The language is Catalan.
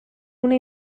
una